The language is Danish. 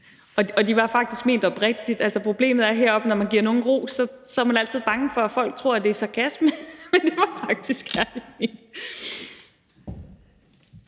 De var faktisk ment oprigtigt. Altså, problemet heroppe er, at man, når man giver nogen ros, så altid er bange for, at folk tror, at det er sarkasme, men det var faktisk